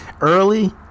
early